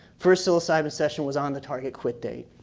first psilocybin session was on the target quit day.